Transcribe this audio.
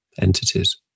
entities